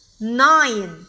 nine